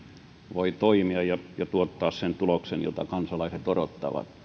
voi toimia ja ja tuottaa sen tuloksen jota kansalaiset odottavat